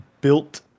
built